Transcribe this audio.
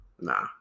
Nah